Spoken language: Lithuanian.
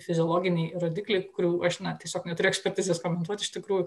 fiziologiniai rodikliai kurių aš na tiesiog neturiu ekspertizės komentuoti iš tikrųjų